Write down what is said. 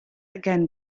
again